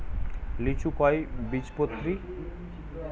লিচু কয় বীজপত্রী?